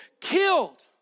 killed